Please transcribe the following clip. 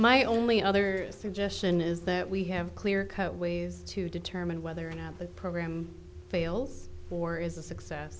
my only other suggestion is that we have clear cut ways to determine whether or not the program fails or is a success